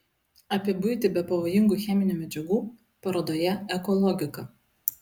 apie buitį be pavojingų cheminių medžiagų parodoje eko logika